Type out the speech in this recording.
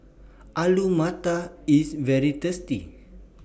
Alu Matar IS very tasty